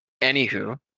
anywho